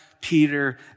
Peter